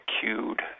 cued